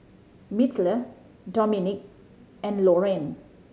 Myrtle Dominick and Loraine